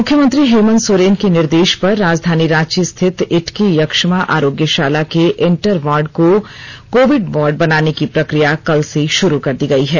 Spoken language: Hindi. मुख्यमंत्री हेमंत सोरेन के निर्देश पर राजधानी रांची स्थित इटकी यक्ष्मा आरोग्यशाला के इंटर वार्ड को कोविड वार्ड बनाने की प्रक्रिया कल से शुरू कर दी गई है